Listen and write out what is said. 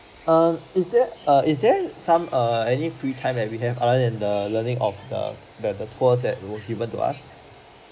err is there err is there some err any free time if you have other than the learning of the that the tours that were given to us